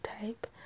type